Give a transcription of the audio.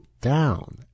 down